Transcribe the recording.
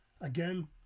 Again